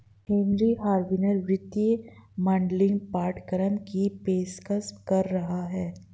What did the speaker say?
Henry Harvin वित्तीय modelling पाठ्यक्रम की पेशकश कर रहा हैं